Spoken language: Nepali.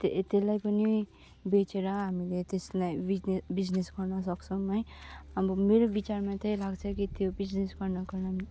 त्यसलाई पनि बेचेर हामीले त्यसलाई बिजने बिजिनेस गर्न सक्छौँ है अब मेरो विचारमा चाहिँ लाग्छ कि त्यो बिजिनेस गर्नको